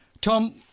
Tom